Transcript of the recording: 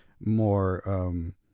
more